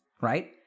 Right